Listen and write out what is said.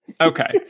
Okay